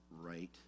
Right